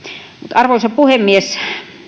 arvoisa puhemies